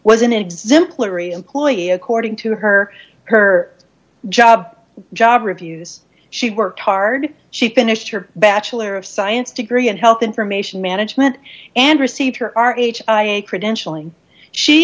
an exemplary employee according to her her job job reviews she worked hard she finished her bachelor of science degree and health information management and received her our age credentialing she